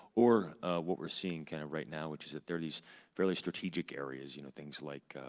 or what we're seeing kind of right now, which is that there are these fairly strategic areas, you know things like